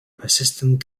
persistent